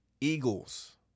Eagles